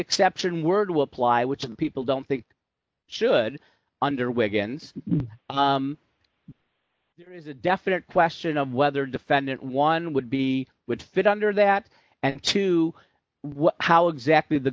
exception word will apply which people don't think should under wigan's there is a definite question of whether defendant one would be would fit under that and two how exactly the